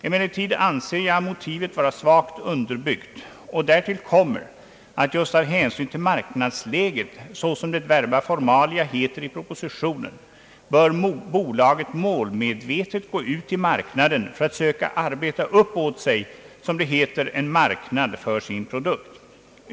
Emellertid anser jag motivet vara svagt underbyggt, och därtill kommer att just av hänsyn till marknadsläget — såsom det verba formalia heter i propositionen — bör bolaget målmedvetet gå ut på marknaden för att söka arbeta upp åt sig en marknad för sin produkt.